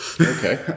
Okay